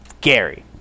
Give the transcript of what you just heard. Gary